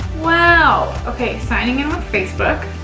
wow, okay, signing in with facebook.